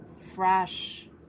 fresh